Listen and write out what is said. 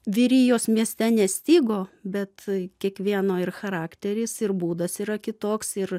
vyrijos mieste nestigo bet kiekvieno ir charakteris ir būdas yra kitoks ir